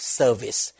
service